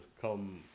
come